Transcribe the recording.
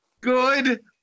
Good